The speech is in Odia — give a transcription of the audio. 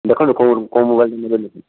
ଦେଖନ୍ତୁ କେଉଁ କେଉଁ ମୋବାଇଲ୍ ନେବେ